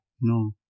No